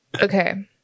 Okay